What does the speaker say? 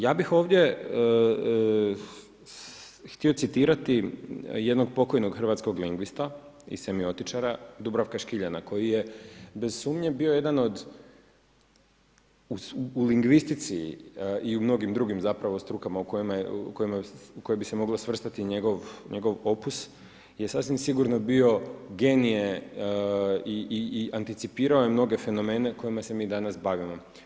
Ja bi ovdje htio citirati jedno pokojnog hrvatskog lingvista i semiotičara Dubravka Škiljana koji je bez sumnje bio jedan od u lingvistici i u mnogim drugim strukama u koje bi se moglo svrstati njegov opus je sasvim sigurno bio genije i anticipirao je mnoge fenomene kojima se mi danas bavimo.